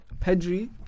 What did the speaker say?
Pedri